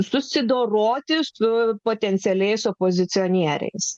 susidoroti su potencialiais opozicionieriais